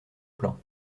plan